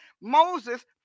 Moses